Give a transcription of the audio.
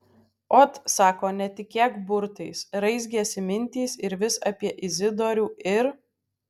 ot sako netikėk burtais raizgėsi mintys ir vis apie izidorių ir